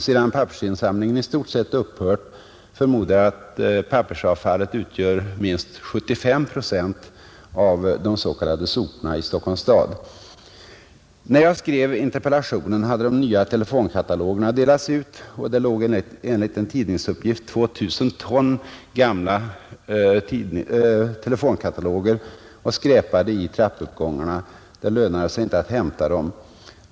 Sedan pappersinsamlingen i stort sett upphört, förmodar jag att pappersavfallet utgör minst 75 procent av de s.k. soporna i Stockholm. När jag skrev interpellationen hade de nya telefonkatalogerna delats ut, och det låg enligt en tidningsuppgift 2 000 ton gamla telefonkataloger och skräpade i trappuppgångarna. Det lönade sig inte att hämta dem.